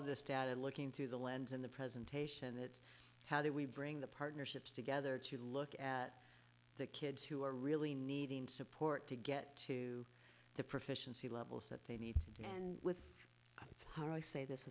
of this data looking through the lens in the presentation it's how do we bring the partnerships together to look at the kids who are really needing support to get to the proficiency levels that they need and with her i say this